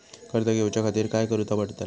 कर्ज घेऊच्या खातीर काय करुचा पडतला?